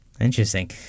Interesting